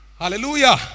Hallelujah